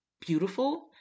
beautiful